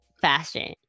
fashion